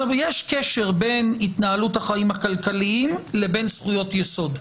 יש קשר בין התנהלות החיים הכלכליים לבין זכויות יסוד.